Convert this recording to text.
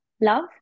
love